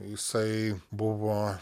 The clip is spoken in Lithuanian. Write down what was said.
jisai buvo